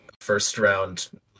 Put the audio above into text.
first-round